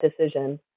decision